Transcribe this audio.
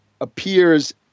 appears